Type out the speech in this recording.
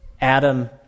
Adam